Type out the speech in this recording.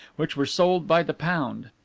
which were sold by the pound.